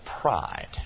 pride